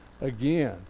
Again